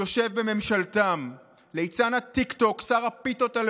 שתנועת ה-BDS לקחה סרטון